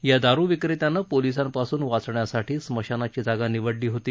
या दारु विक्रेत्यानं पोलीसांपासून वाचण्यासाठी स्मशानाची जागा निवडली होती